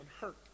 hurt